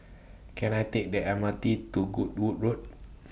Can I Take The M R T to Goodwood Road